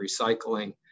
recycling